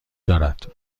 دارد